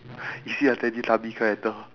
is he a teletubbies character